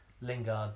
Lingard